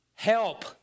Help